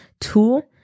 tool